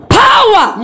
power